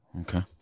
okay